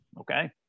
okay